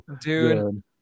dude